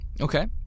Okay